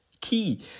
key